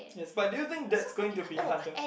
yes but do you think that's going to be harder